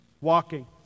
walking